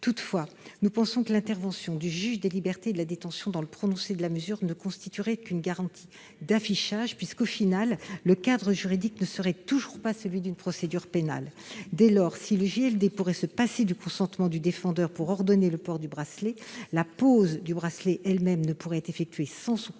Nous pensons toutefois que l'intervention du juge des libertés et de la détention (JLD) dans le prononcé de la mesure ne constituerait qu'une garantie d'affichage, le cadre juridique n'étant toujours pas,, celui d'une procédure pénale. Dès lors, même si le JLD pouvait se passer du consentement du défendeur pour ordonner le port du bracelet, la « pose » de celui-ci ne pourrait être effectuée sans son consentement,